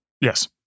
Yes